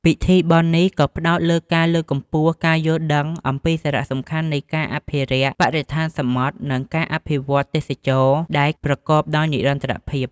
ពិធីបុណ្យនេះក៏ផ្តោតលើការលើកកម្ពស់ការយល់ដឹងអំពីសារៈសំខាន់នៃការអភិរក្សបរិស្ថានសមុទ្រ និងការអភិវឌ្ឍន៍ទេសចរណ៍ដែលប្រកបដោយនិរន្តរភាព។